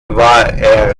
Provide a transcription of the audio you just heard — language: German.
war